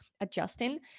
adjusting